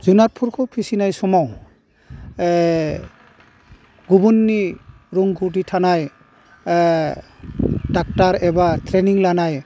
जुनादफोरखौ फिसिनाय समाव गुबुननि रोंगौथि थानाय डक्टर एबा ट्रेनिं लानाय